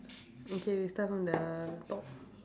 okay you start from the top